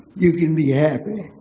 you can be happy.